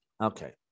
Okay